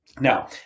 now